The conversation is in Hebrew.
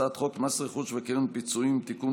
הצעת חוק מס רכוש וקרן פיצויים (תיקון,